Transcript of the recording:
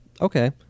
Okay